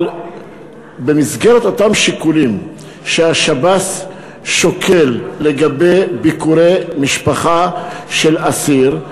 במסגרת אותם שיקולים שהשב"ס שוקל לגבי ביקורי משפחה של אסיר,